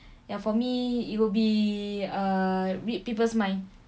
ya for me it will be err read people's mind